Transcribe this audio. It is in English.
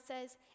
says